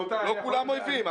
לא כולם אויבים,